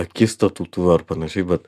akistatų tų ar panašiai bet